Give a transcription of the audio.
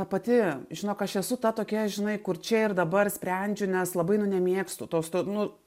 ta pati žinok aš esu ta tokia žinai kur čia ir dabar sprendžiu nes labai nu nemėgstu tos tos nu